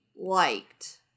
liked